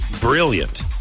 brilliant